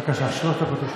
בבקשה, שלוש דקות לרשותך.